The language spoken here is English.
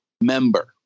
member